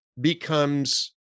becomes